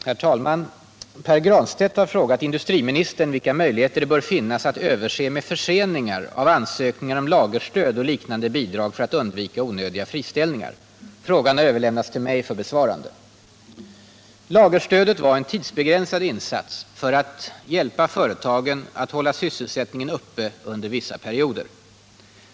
Herr talman! Pär Granstedt har frågat industriministern vilka möjligheter det bör finnas att överse med förseningar av ansökningar om lagerstöd och liknande bidrag för att undvika onödiga friställningar. Frågan har överlämnats till mig för besvarande. Lagerstödet var en tidsbegränsad insats för att hjälpa företagen att hålla sysselsättningen uppe under vissa perioder.